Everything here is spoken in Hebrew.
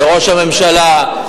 לראש הממשלה,